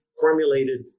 formulated